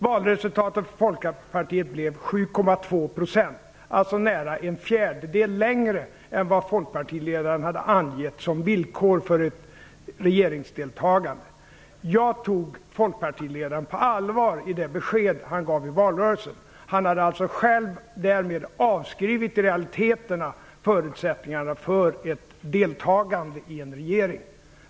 Valresultatet för Folkpartiet blev 7,2 %, alltså nära en fjärdedel lägre än vad folkpartiledaren hade angivit som villkor för ett regeringsdeltagande. Jag tog det besked som folkpartiledaren gav i valrörelsen på allvar. Han hade alltså därmed själv i realiteten avskrivit förutsättningarna för ett deltagande i en regering.